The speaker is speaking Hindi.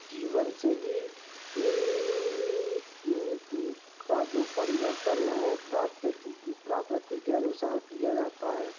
जीवन शैली का जो परिवर्तन है प्राकृति के अनुसार किया जाता है